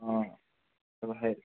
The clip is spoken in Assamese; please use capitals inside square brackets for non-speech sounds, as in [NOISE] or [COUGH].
অঁ [UNINTELLIGIBLE]